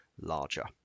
larger